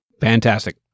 Fantastic